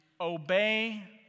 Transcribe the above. obey